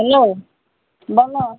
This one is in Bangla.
হ্যালো বলো